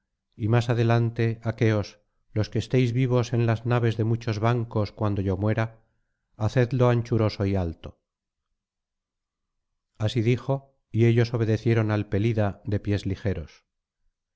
y más adelante aqueos los que estéis vivos en las naves de muchos bancos cuando'yo muera hacedlo anchuroso y alto así dijo y ellos obedecieron al pelida de pies ligeros